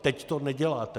Teď to neděláte!